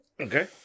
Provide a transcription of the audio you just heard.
Okay